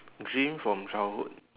dream from childhood